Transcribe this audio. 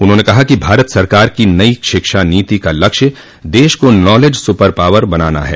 उन्होंने कहा कि भारत सरकार की नई शिक्षा नीति का लक्ष्य देश को नालेज सुपर पावर बनाना है